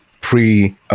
pre